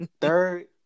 Third